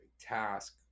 task